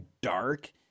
dark